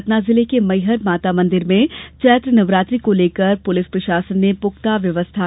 सतना जिले के मैहर माता मंदिर में चैत नवरात्रि को लेकर प्रशासन ने पुख्ता व्यवस्था की है